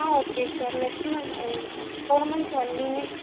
ஆ okay sir next month போன month வந்திங்க